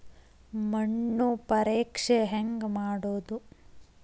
ಮಣ್ಣು ಪರೇಕ್ಷೆ ಹೆಂಗ್ ಮಾಡೋದು?